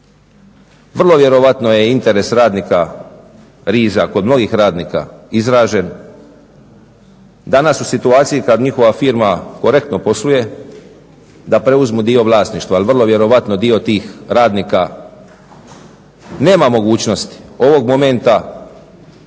Vrlo vjerojatno je interes radnika, riza kod mnogih radnika izražen. Danas u situaciji kad njihova firma korektno posluju, da preuzmu dio vlasništva, ali vjerojatno dio tih radnika nema mogućnost ovog momenta